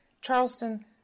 Charleston